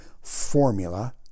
Formula